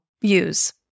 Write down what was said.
use